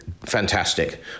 fantastic